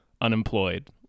unemployed